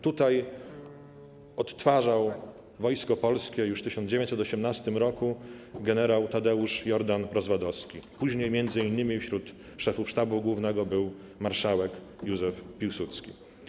Tutaj odtwarzał Wojsko Polskie już w 1918 r. gen. Tadeusz Jordan Rozwadowski, później m.in. wśród szefów sztabu głównego był marszałek Józef Piłsudski.